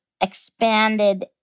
expanded